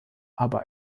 aber